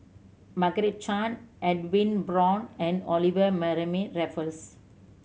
Margaret Chan Edwin Brown and Olivia Mariamne Raffles